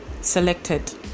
selected